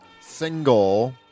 single